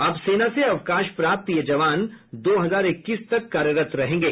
अब सेना से अवकाश प्राप्त ये जवान दो हजार इक्कीस तक कार्यरत रहेंगे